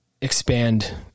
expand